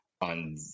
on